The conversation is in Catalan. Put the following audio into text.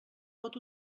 pot